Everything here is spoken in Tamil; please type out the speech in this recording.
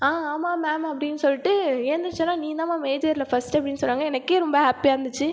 ஆ ஆமாம் மேம் அப்படின்னு சொல்லிட்டு எழுந்திரிச்சேனா நீதாம்மா மேஜரில் ஃபர்ஸ்ட் அப்படினு சொன்னாங்க எனக்கே ரொம்ப ஹேப்பியாக இருந்துச்சு